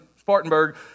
Spartanburg